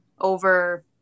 over